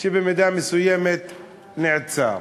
שבמידה מסוימת נעצר.